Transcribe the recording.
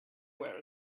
wear